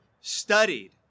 studied